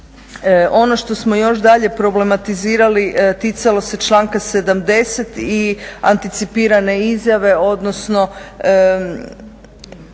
Ono što smo još dalje problematizirali ticalo se članka 70. i anticipirane izjave, odnosno